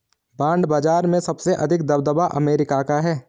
bond बाजार में सबसे अधिक दबदबा अमेरिका का है